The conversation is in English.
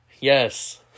Yes